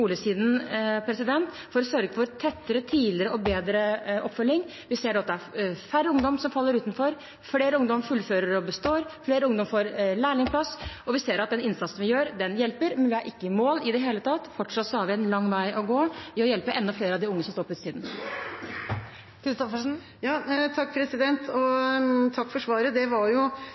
for å sørge for tettere, tidligere og bedre oppfølging. Vi ser nå at det er færre ungdommer som faller utenfor, flere ungdommer fullfører og består, flere ungdommer får lærlingplass, og vi ser at den innsatsen vi gjør, hjelper. Men vi er ikke mål i det hele tatt. Fortsatt har vi en lang vei å gå i å hjelpe enda flere av de unge som står på utsiden. Lise Christoffersen – til oppfølgingsspørsmål. Takk for svaret. Det var